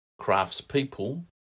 craftspeople